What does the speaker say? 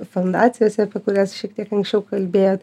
fundacijose apie kurias šiek tiek anksčiau kalbėjot